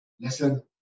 Listen